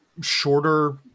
shorter